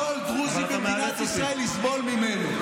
חוק גזעני שכל דרוזי במדינת ישראל יסבול ממנו.